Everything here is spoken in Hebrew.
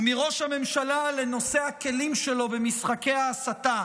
ומראש הממשלה, לנושא הכלים שלו במשחקי ההסתה,